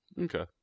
Okay